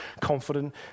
confident